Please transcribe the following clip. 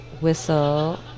whistle